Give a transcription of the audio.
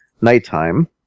nighttime